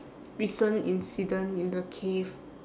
recent incident in the cave